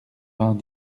vingt